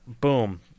Boom